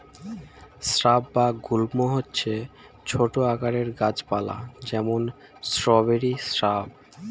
shrub বা গুল্ম হচ্ছে ছোট আকারের গাছ পালা, যেমন স্ট্রবেরি শ্রাব